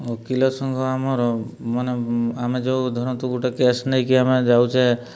ଓକିଲ ସଂଘ ଆମର ମାନେ ଆମେ ଯୋଉ ଧରନ୍ତୁ ଗୋଟେ କେସ୍ ନେଇକି ଆମେ ଯାଉଛେ